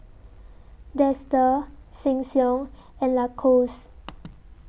Dester Sheng Siong and Lacoste